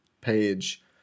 page